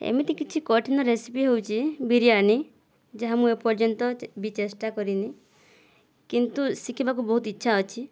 ଏମିତି କିଛି କଠିନ ରେସିପି ହେଉଛି ବିରିୟାନୀ ଯାହା ମୁଁ ଏପର୍ଯ୍ୟନ୍ତ ବି ଚେଷ୍ଟା କରିନି କିନ୍ତୁ ଶିଖିବାକୁ ବହୁତ ଇଚ୍ଛା ଅଛି